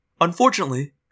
Unfortunately